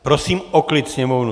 Prosím o klid sněmovnu!